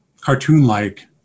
cartoon-like